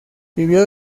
vivió